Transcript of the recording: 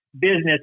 business